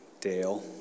Dale